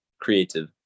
Creative